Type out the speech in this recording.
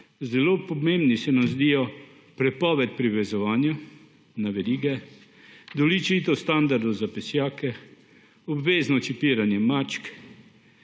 zelo pomembni se nam zdijo prepoved privezovanja na verige, določitev standarda za pesjake, obvezno čipiranje mačk,